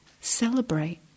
Celebrate